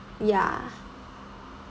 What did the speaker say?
ya